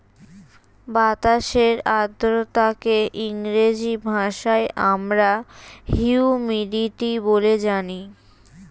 বাতাসের আর্দ্রতাকে ইংরেজি ভাষায় আমরা হিউমিডিটি বলে জানি